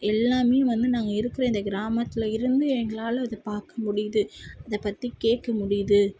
எல்லாமே வந்து நாங்கள் இருக்கிற இந்த கிராமத்தில் இருந்து எங்களால் அது பார்க்க முடியுது அதை பற்றி கேட்க முடியுது